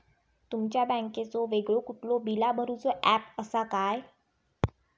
तुमच्या बँकेचो वेगळो कुठलो बिला भरूचो ऍप असा काय?